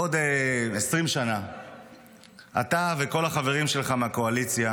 בעוד 20 שנה אתה וכל החברים שלך מהקואליציה